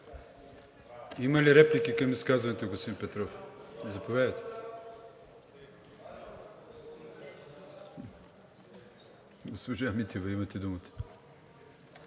Има ли реплики към изказването на господин Петров? Заповядайте. Госпожо Митева, имате думата.